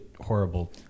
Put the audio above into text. horrible